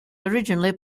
originally